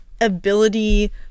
ability